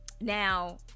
Now